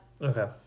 Okay